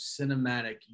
cinematic